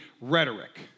rhetoric